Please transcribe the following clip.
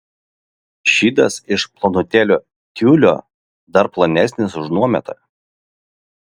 šydas iš plonutėlio tiulio dar plonesnis už nuometą